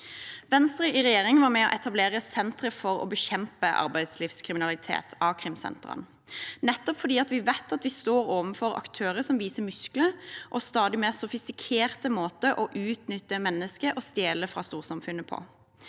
Venstre i regjering var med på å etablere sentre for å bekjempe arbeidslivskriminalitet, a-krimsentrene, nettopp fordi vi vet at vi står overfor aktører som viser muskler og stadig mer sofistikerte måter å utnytte mennesker og stjele fra storsamfunnet på.